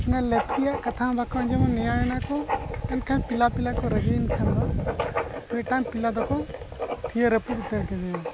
ᱚᱱᱤ ᱼᱟᱜ ᱠᱟᱛᱷᱟ ᱦᱚᱸ ᱵᱟᱠᱚ ᱟᱸᱡᱚᱢᱟ ᱱᱮᱭᱟᱣᱮᱱᱟ ᱠᱚ ᱮᱱᱠᱷᱟᱱ ᱠᱚ ᱨᱟᱹᱜᱤᱭᱮᱱ ᱠᱷᱟᱱ ᱫᱚ ᱢᱤᱫᱴᱟᱝ ᱫᱚᱠᱚ ᱛᱷᱤᱭᱟᱹ ᱨᱟᱹᱯᱩᱫ ᱩᱛᱟᱹᱨ ᱠᱮᱫᱮᱭᱟ